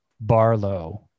Barlow